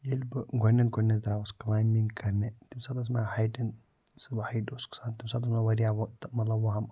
ییٚلہِ بہٕ گۄڈٕنٮ۪تھ گۄڈٕنٮ۪تھ دراوُس کٕلایمبِنٛگ کَرنہِ تَمہِ ساتہٕ ٲس مےٚ ہایٹہِ ییٚمہِ ساتہٕ بہٕ ہایٹہِ اوسُس کھَسان تَمہِ ساتہٕ اوس مےٚ واریاہ تہٕ مَطلَب وَہمہٕ آسان